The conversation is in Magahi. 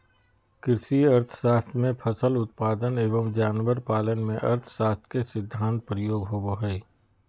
कृषि अर्थशास्त्र में फसल उत्पादन एवं जानवर पालन में अर्थशास्त्र के सिद्धान्त प्रयोग होबो हइ